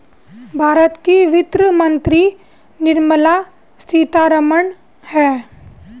भारत की वित्त मंत्री निर्मला सीतारमण है